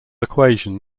equation